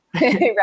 right